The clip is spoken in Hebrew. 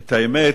את האמת,